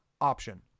option